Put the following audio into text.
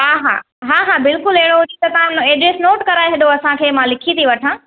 हा हा हा हा बिल्कुल अहिड़ो त तव्हां एड्रेस नोट कराए छॾो असांखे मां लिखी थी वठां